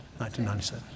1997